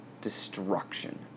destruction